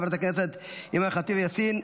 חברת הכנסת אימאן ח'טיב יאסין,